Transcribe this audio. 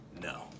no